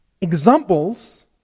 examples